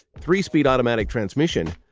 three-speed automatic transmission,